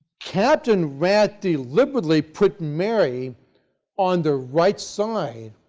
captain rath deliberately put mary on the right side